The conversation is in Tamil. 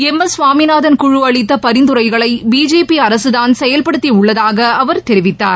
எம் எஸ் சுவாமிநாதன் குழு அளித்த பரிந்துரைகளை பிஜேபி அரசு தான் செயல்படுத்தி உள்ளதாக அவர் தெரிவித்தார்